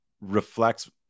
reflects